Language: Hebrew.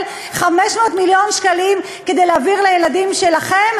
500 מיליון שקלים כדי להעביר לילדים שלכם